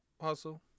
Hustle